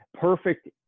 perfect